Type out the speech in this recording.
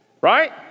Right